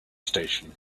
station